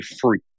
free